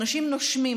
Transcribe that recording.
אנשים נושמים,